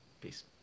Peace